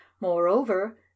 moreover